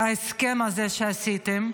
ההסכם הזה שעשיתם.